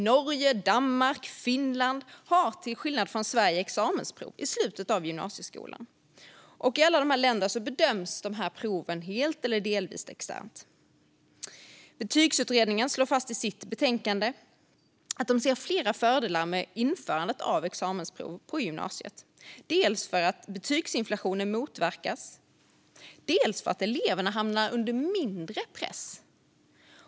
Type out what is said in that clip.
Norge, Danmark och Finland har till skillnad från Sverige examensprov i slutet av gymnasieskolan, och i alla dessa länder bedöms proven helt eller delvis externt. Betygsutredningen slår i sitt betänkande fast att de ser flera fördelar med införande av examensprov på gymnasiet - dels för att betygsinflation motverkas, dels för att eleverna hamnar under mindre press.